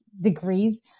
degrees